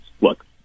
look